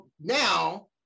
now